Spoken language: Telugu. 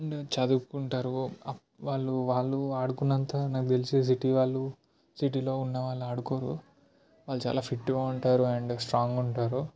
చదువుకుంటారు అప్ వాళ్ళు వాళ్ళు ఆడుకునంత నాకు తెలిసి సిటీ వాళ్ళు సిటీలో ఉన్నవాళ్ళు ఆడుకోరు వాళ్ళు చాలా ఫిట్గా ఉంటారు అండ్ స్ట్రాంగ్గా ఉంటారు